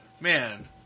man